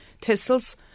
thistles